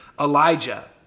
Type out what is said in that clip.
Elijah